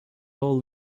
all